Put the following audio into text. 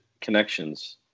connections